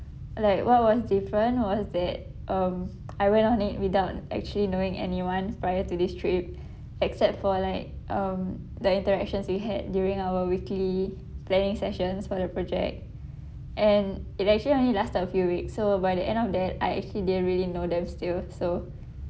like what was different was that um I went on it without actually knowing anyone prior to this trip except for like um the interactions you had during our weekly planning sessions for the project and it actually only lasted a few weeks so by the end of that I actually didn't really know them still so